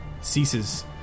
ceases